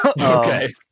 Okay